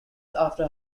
after